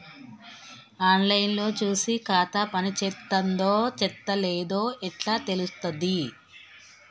On line లో చూసి ఖాతా పనిచేత్తందో చేత్తలేదో ఎట్లా తెలుత్తది?